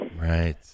Right